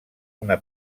una